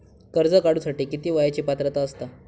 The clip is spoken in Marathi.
कर्ज काढूसाठी किती वयाची पात्रता असता?